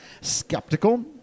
skeptical